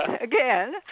Again